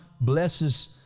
blesses